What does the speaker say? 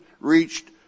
reached